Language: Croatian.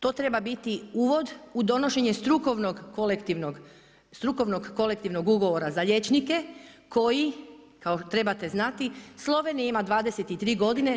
To treba biti uvod u donošenje Strukovnog kolektivnog ugovora za liječnike koji kao trebate znati Slovenija ima 23 godine.